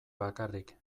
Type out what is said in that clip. bakarrik